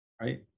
Right